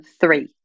three